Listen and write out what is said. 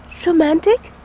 romantic.